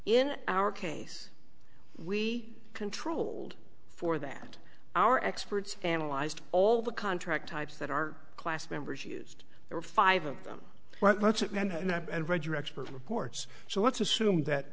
in our case we controlled for that our experts analyzed all the contract types that our class members used their five of them well that's it and that and read your expert reports so let's assume that